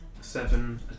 Seven